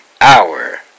Hour